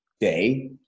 day